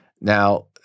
Now